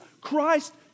Christ